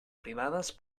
privades